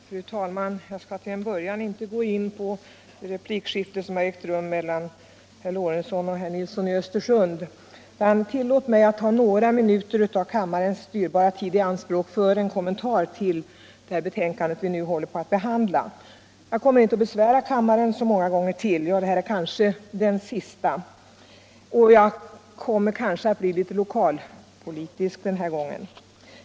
Fru talman! Jag skall inte gå in på det replikskifte som ägt rum mellan herr Lorentzon och herr Nilsson i Östersund. Men tillåt mig att ta några minuter av kammarens dyrbara tid i anspråk för en kommentar till det betänkande vi nu behandlar. Jag kommer inte att besvära kammaren så många gånger till — ja, detta är kanske den sista, och jag skall då tillåta mig att bli litet lokalpolitisk.